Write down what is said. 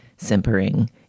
Simpering